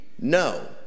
No